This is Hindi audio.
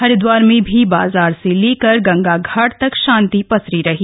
हरिद्वार में भी बाजार से लेकर गंगा घाट तक शांति पसरी रही